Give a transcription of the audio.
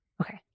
Okay